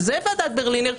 שזה ועדת ברלינר,